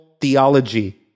theology